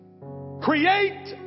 create